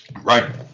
Right